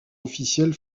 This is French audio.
officielle